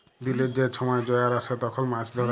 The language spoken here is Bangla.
দিলের যে ছময় জয়ার আসে তখল মাছ ধ্যরে